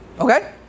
okay